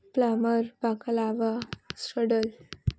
پلاور baklava سرڈل